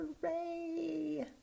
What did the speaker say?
Hooray